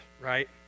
right